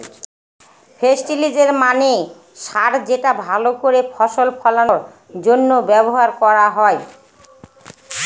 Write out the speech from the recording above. ফেস্টিলিজের মানে সার যেটা ভাল করে ফসল ফলানোর জন্য ব্যবহার করা হয়